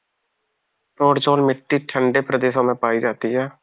podzol मिट्टी ठंडे प्रदेशों में पाई जाती है